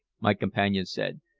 my companion said.